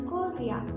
Korea